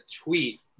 tweet